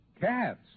Cats